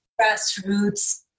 grassroots